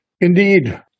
Indeed